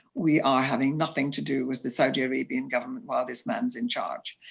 we are having nothing to do with the saudi arabian government while this man is in charge,